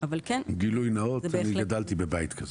גילוי נאות, אני גדלתי בבית כזה.